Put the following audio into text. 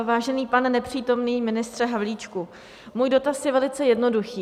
Vážený pane nepřítomný ministře Havlíčku, můj dotaz je velice jednoduchý.